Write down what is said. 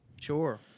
Sure